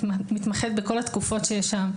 ומתמחת בכל התקופות שיש שם,